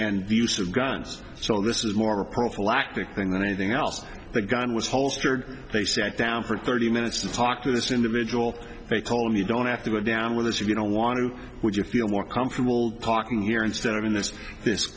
and the use of guns so this is more of a prophylactic thing than anything else the gun was holstered they sat down for thirty minutes to talk to this individual they call and you don't have to go down with this you don't want to would you feel more comfortable talking here instead of in this this